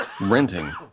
renting